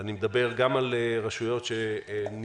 אני מדבר גם על רשויות שנבנו